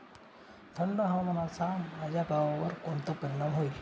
थंड हवामानाचा माझ्या गव्हावर कोणता परिणाम होईल?